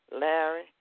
Larry